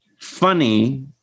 funny